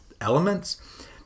elements